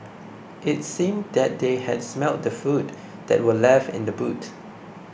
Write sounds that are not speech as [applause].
it seemed that they had smelt the food [noise] that were left in the boot